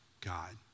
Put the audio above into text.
God